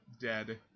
dead